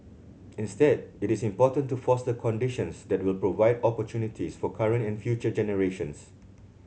instead it is important to foster conditions that will provide opportunities for current and future generations